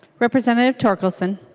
representative torkelson